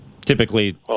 Typically